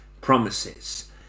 promises